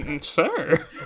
sir